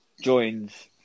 joins